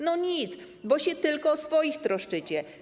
No nic, bo się tylko o swoich troszczycie.